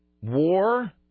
war